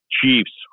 Chiefs